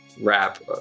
rap